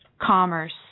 commerce